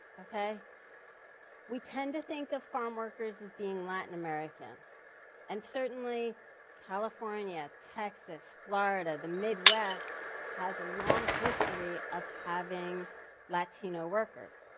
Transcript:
we tend to think of farmworkers as being latin american and certainly california, texas, florida, the midwest has a long history of having latino workers.